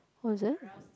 what is it